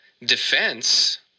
defense